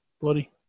Bloody